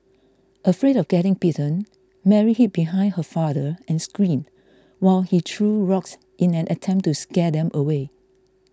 afraid of getting bitten Mary hid behind her father and screamed while he threw rocks in an attempt to scare them away